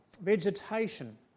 vegetation